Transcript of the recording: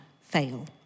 fail